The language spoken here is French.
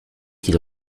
qu’il